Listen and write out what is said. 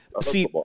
See